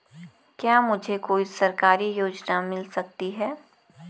क्या मुझे कोई सरकारी योजना मिल सकती है?